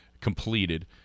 completed